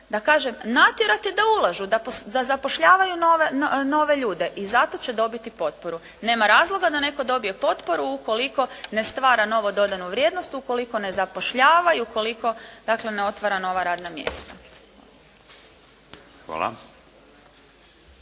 da kažem natjerati da ulažu, da zapošljavaju nove ljude i zato će dobiti potporu. Nema razloga da netko dobije potporu ukoliko ne stvara novo dodanu vrijednost, ukoliko ne zapošljava i ukoliko ne otvara nova radna mjesta.